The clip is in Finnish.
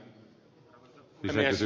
arvoisa puhemies